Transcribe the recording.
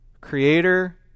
creator